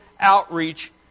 outreach